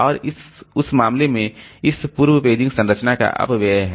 और उस मामले में इस पूर्व पेजिंग संरचना का अपव्यय है